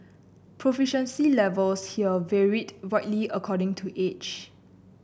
proficiency levels here varied widely according to age